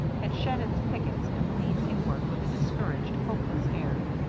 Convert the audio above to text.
had shed its pickets and leaned inward with a discouraged, hopeless air.